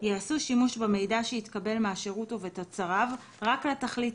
יעשו שימוש במידע שהתקבל מהשירות ובתוצריו רק לתכלית